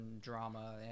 drama